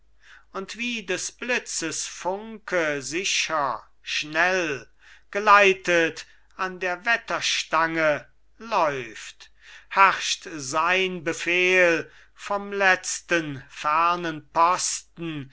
und wie des blitzes funke sicher schnell geleitet an der wetterstange läuft herrscht sein befehl vom letzten fernen posten